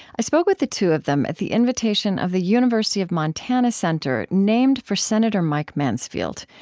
i spoke with the two of them at the invitation of the university of montana center named for senator mike mansfield,